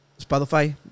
Spotify